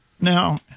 Now